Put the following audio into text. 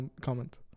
comment